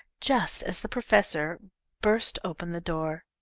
just as the professor burst open the door.